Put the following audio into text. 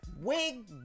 wig